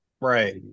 Right